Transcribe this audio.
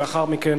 ולאחר מכן,